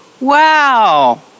wow